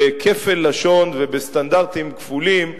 בכפל לשון ובסטנדרטים כפולים.